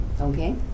Okay